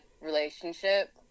relationship